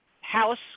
house